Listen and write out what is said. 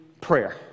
prayer